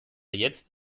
jetzt